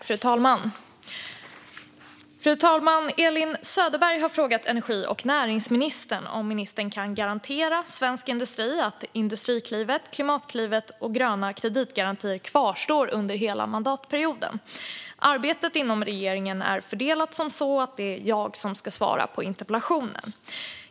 Fru talman! har frågat energi och näringsministern om ministern kan garantera svensk industri att Industriklivet, Klimatklivet och gröna kreditgarantier kvarstår under hela mandatperioden. Arbetet inom regeringen är fördelat så att det är jag som ska svara på interpellationen.